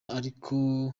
ariko